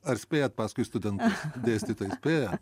ar spėjat paskui studentus dėstytojai spėja